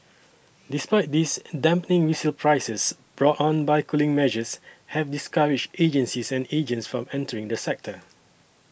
despite this dampening resale prices brought on by cooling measures have discouraged agencies and agents from entering the sector